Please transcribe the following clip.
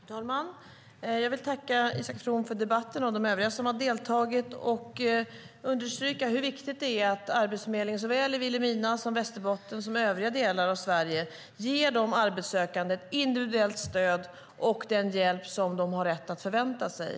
Fru talman! Jag vill tacka Isak From och de övriga som har deltagit i debatten, och jag vill understryka hur viktigt det är att Arbetsförmedlingen såväl i Vilhelmina som i Västerbotten och övriga delar av Sverige ger de arbetssökande ett individuellt stöd och den hjälp som de har rätt att förvänta sig.